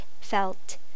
felt